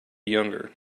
younger